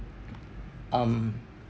um